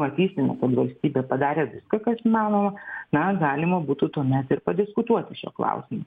matysime valstybė padarė viską kas įmanoma na galima būtų tuomet ir padiskutuoti šiuo klausimu